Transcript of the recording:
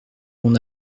mon